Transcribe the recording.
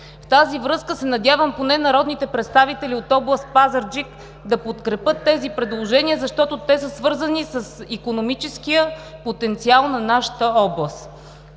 В тази връзка се надявам поне народните представители от област Пазарджик да подкрепят тези предложения, защото те са свързани с икономическия потенциал на нашата област.